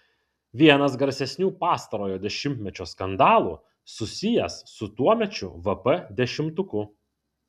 vienas garsesnių pastarojo dešimtmečio skandalų susijęs su tuomečiu vp dešimtuku